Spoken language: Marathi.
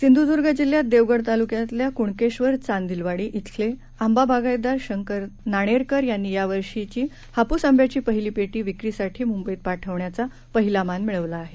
सिंधूद्ग जिल्ह्यात देवगड तालुक्यातल्या कुणकेश्वर चांदेलवाडी श्विले आंबा बागायतदार शंकर नाणेरकर यांनी या वर्षीची हाप्स आंब्याची पहिली पेटी विक्रीसाठी मुंबईत पाठवण्याचा पहिला मान मिळवला आहे